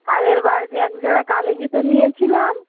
আগেরবার যে একজোড়া কালো জুতো নিয়েছিলাম